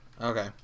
Okay